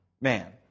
man